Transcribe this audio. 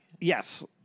Yes